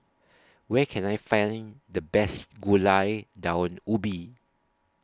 Where Can I Find The Best Gulai Daun Ubi